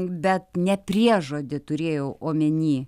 bet ne priežodį turėjau omeny